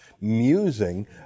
musing